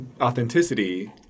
authenticity